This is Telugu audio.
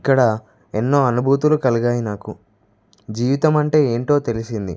ఇక్కడ ఎన్నో అనుభూతులు కలిగాయి నాకు జీవితం అంటే ఏంటో తెలిసింది